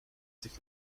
sich